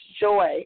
joy